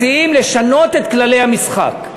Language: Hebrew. מציעים לשנות את כללי המשחק.